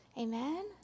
amen